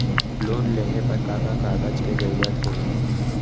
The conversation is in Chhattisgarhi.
लोन लेहे बर का का कागज के जरूरत होही?